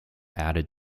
added